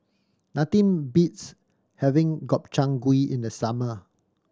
nothing beats having Gobchang Gui in the summer